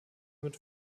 mit